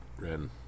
Ren